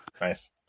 Nice